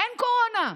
אין קורונה.